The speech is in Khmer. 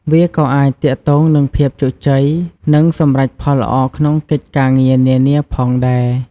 វាក៏អាចទាក់ទងនឹងភាពជោគជ័យ និងសម្រេចផលល្អក្នុងកិច្ចការងារនានាផងដែរ។